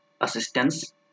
assistance